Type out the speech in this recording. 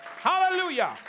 Hallelujah